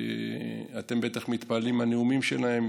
אתם בטח מתפעלים מהנאומים שלהם,